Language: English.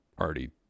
already